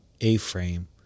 A-Frame